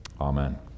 Amen